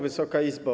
Wysoka Izbo!